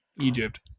egypt